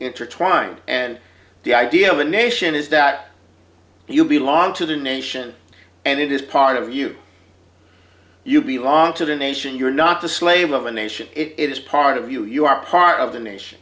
intertwined and the idea of a nation is that you belong to the nation and it is part of you you be long to the nation you're not the slave of a nation it is part of you you are part of the nation